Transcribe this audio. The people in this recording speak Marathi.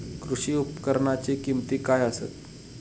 कृषी उपकरणाची किमती काय आसत?